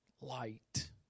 light